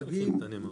ברגים,